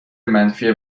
منفی